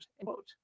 Quote